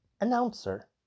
announcer